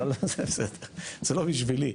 זה לא בשבילי.